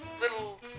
Little